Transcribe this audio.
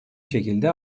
şekilde